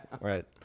Right